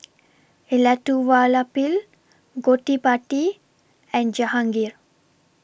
Elattuvalapil Gottipati and Jahangir